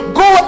go